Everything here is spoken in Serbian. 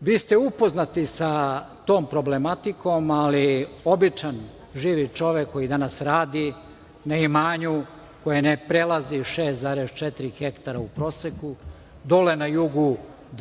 Vi ste upoznati sa tom problematikom, ali običan živi čovek koji danas radi na imanju koje ne prelazi 6,4 hektara u proseku, dole na jugu